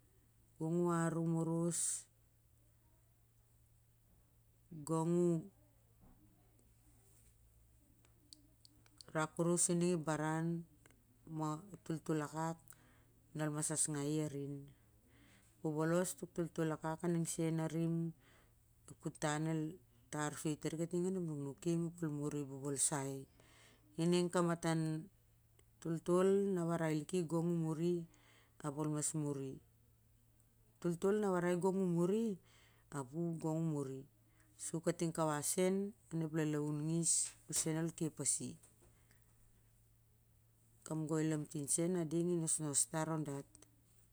Gong u arum oros, gong u rak oros su ning ep baran ma ep toltol akak ol mas askai i arin bobolos ep toltol akak a ning sen anim ep kuutan el tar soi tari kating on ep nukuukim sur ol muri ap ol mas muri toltol na warai gong u muri ap u gong u muri su kating kawas sen on ep lalauu ngis u sen ol kep pasi, kamgoi lamtin sen a ding i nosnos tar on dat.